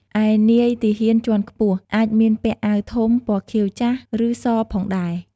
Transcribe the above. ឯនាយទាហានជាន់ខ្ពស់ អាចមានពាក់អាវធំពណ៌ខៀវចាស់ ឬសផងដែរ។